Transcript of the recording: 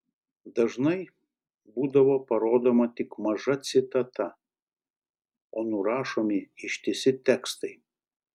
dažnai būdavo parodoma tik maža citata o nurašomi ištisi tekstai